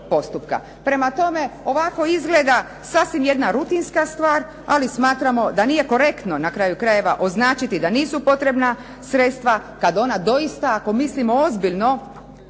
Prema tome, ovako izgleda sasvim jedna rutinska stvar, ali smatramo da nije korektno na kraju krajeva da nisu potrebna sredstva kada ona doista ako mislimo ozbiljno